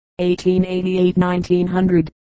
1888–1900